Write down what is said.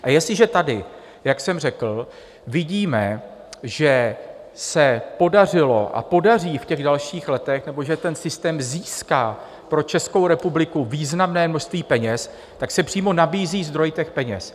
A jestliže tady, jak jsem řekl, vidíme, že se podařilo a podaří v těch dalších letech nebo že ten systém získá pro Českou republiku významné množství peněz, tak se přímo nabízí zdroj těch peněz.